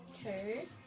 Okay